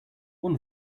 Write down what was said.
one